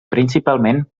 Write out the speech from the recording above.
principalment